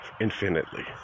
infinitely